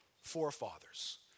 forefathers